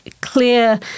clear